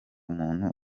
umuntu